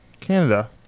Canada